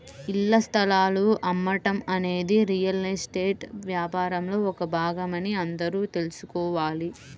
ఇళ్ల స్థలాలు అమ్మటం అనేది రియల్ ఎస్టేట్ వ్యాపారంలో ఒక భాగమని అందరూ తెల్సుకోవాలి